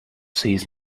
sees